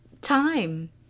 time